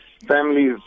families